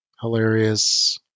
hilarious